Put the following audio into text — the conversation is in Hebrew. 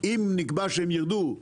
אם נקבע שהם יירדו,